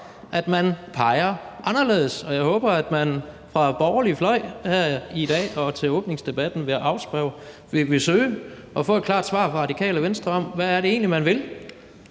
at man peger anderledes. Og jeg håber, at man fra den borgerlige fløjs side her i dag og til åbningsdebatten vil søge at få et klart svar fra Radikale Venstre om, hvad det egentlig er, man vil.